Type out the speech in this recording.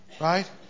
Right